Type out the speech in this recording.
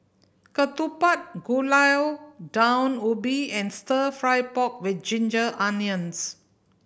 ketupat Gulai Daun Ubi and Stir Fry pork with ginger onions